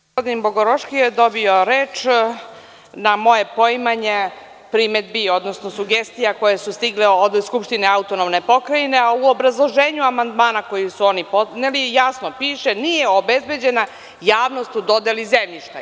Gospodin Bogoroški je dobio reč na moje poimanje primedbi, odnosno sugestija koje su stigle do Skupštine AP, a u obrazloženju amandmana koji su oni podneli jasno piše – nije obezbeđena javnost u dodeli zemljišta.